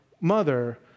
mother